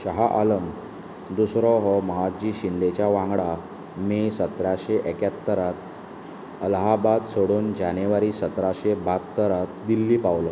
शाह आलम दुसरो हो महादजी शिंदेच्या वांगडा मे सतराशे एक्यात्तरांत अलाहाबाद सोडून जानेवारी सतराशे बात्तरांत दिल्ली पावलो